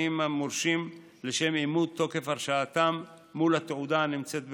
המורשים לשם אימות תוקף הרשאתם מול התעודה הנמצאת ברשותם.